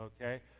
okay